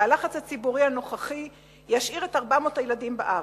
והלחץ הציבורי הנוכחי ישאיר את 400 הילדים בארץ,